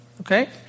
Okay